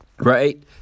Right